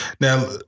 Now